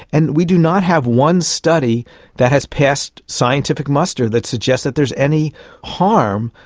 and we do not have one study that has passed scientific muster that suggests that there's any harm,